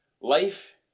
life